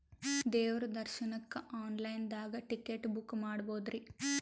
ದೇವ್ರ ದರ್ಶನಕ್ಕ online ದಾಗ ಟಿಕೆಟ ಬುಕ್ಕ ಮಾಡ್ಬೊದ್ರಿ?